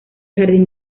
jardín